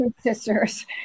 sisters